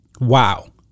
Wow